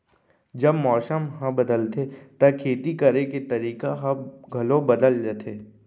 जब मौसम ह बदलथे त खेती करे के तरीका ह घलो बदल जथे?